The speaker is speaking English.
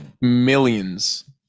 millions